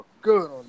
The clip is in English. good